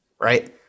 Right